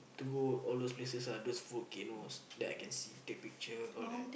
to go all those places ah those volcanoes that I can see take picture all that